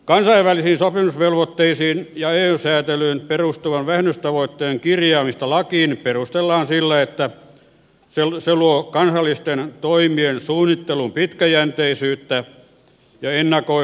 kansainvälisiin sopimusvelvoitteisiin ja eu säätelyyn perustuvan vähennystavoitteen kirjaamista lakiin perustellaan sillä että se luo kansallisten toimien suunnitteluun pitkäjänteisyyttä ja ennakoitavuutta